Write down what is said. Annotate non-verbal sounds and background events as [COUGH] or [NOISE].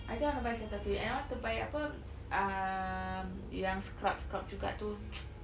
I think I want to buy Cetaphil and I want to buy apa um yang scrub scrub juga tu [NOISE]